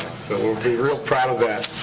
so we'll be real proud of that.